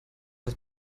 was